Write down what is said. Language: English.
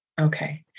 Okay